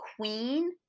Queen